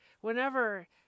whenever